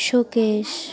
showcase